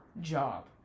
job